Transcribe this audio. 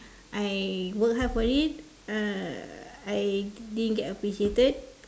I work hard for it uh I didn't get appreciated